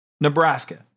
Nebraska